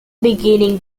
beginning